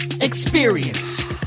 experience